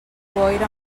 boira